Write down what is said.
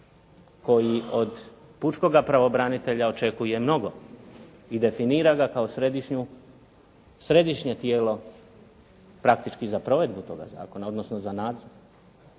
koji od pučkoga pravobranitelja očekuje mnogo i definira ga kao središnje tijelo praktički za provedbu toga zakona, odnosno za nadzor.